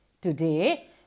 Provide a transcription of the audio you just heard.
Today